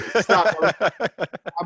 Stop